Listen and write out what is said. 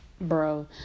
Bro